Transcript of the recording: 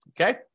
Okay